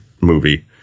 movie